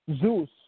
Zeus